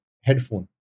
headphone